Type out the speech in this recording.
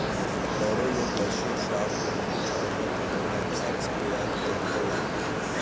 তরল ও গ্যাসীয় সার জমিতে ছড়ানোর জন্য ন্যাপস্যাক স্প্রেয়ার যন্ত্র লাগে